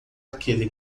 aquele